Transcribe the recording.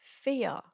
fear